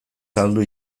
saldu